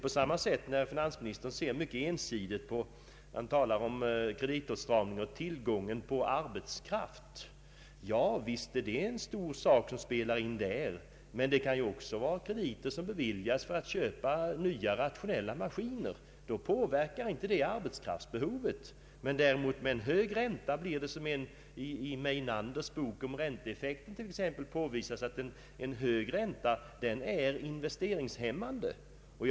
På samma sätt ser finansministern mycket ensidigt när han talar om kreditåtstramningen och tillgången på arbetskraft. Visst kan det vara en stor faktor som spelar in där. Men det kan också vara fråga om krediter som beviljats för att köpa rationella maskiner, och detta påverkar inte arbetskraftsbehovet. Däremot blir en hög ränta investeringshämmande, som påvisats i Meinanders bok.